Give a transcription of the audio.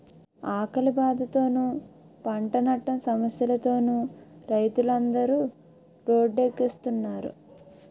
ఆకలి బాధలతోనూ, పంటనట్టం సమస్యలతోనూ రైతులందరు రోడ్డెక్కుస్తున్నారు